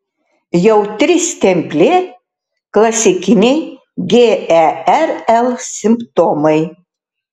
jautri stemplė klasikiniai gerl simptomai